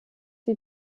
die